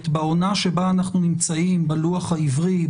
בעונה שבה אנחנו נמצאים בלוח העברי,